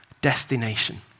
destination